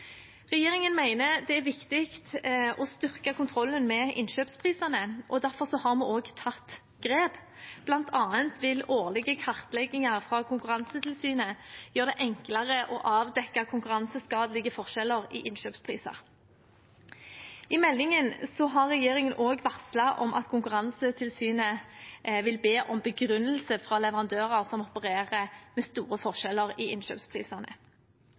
Regjeringen mener det er viktig å styrke kontrollen med innkjøpsprisene. Derfor har vi også tatt grep, bl.a. vil årlige kartlegginger fra Konkurransetilsynet gjøre det enklere å avdekke konkurranseskadelige forskjeller i innkjøpspriser. I meldingen har regjeringen også varslet at Konkurransetilsynet vil be om begrunnelse fra leverandører som opererer med store forskjeller i innkjøpsprisene.